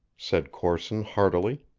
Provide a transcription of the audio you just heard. said corson heartily.